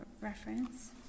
reference